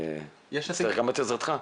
ואני צריך גם את עזרתך.